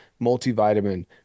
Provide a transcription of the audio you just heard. multivitamin